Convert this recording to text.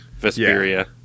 Vesperia